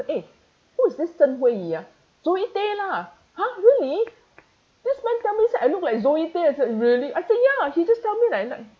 eh who is this zheng hui yu ah zoe tay lah !huh! really this man tell me say I look like zoe tay he say really ya he just tell me that I like